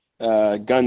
gun